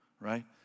right